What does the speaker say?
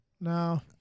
no